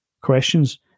questions